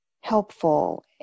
helpful